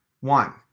one